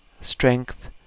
strength